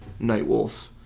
Nightwolf